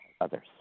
others